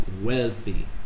wealthy